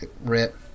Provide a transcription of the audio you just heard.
rip